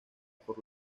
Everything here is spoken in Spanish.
por